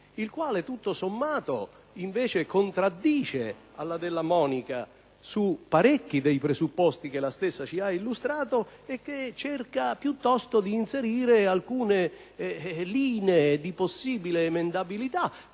il quale tutto sommato contraddice la senatrice Della Monica su parecchi dei presupposti che la stessa ci ha illustrato, cercando di inserire alcune linee di possibile emendabilità,